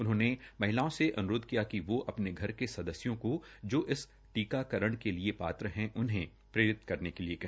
उन्होंने महिलाओं से अन्रोध किया कि वो अपने घर के सदस्यों को जो इस टीकाकरण के लिए पात्र है उन्हें पात्र करने के लिए कहा